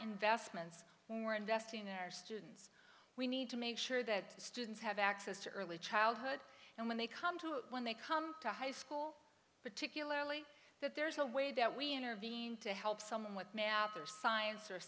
investments we're investing in our students we need to make sure that students have access to early childhood and when they come to it when they come to high school particularly that there's a way that we intervene to help someone with now their science or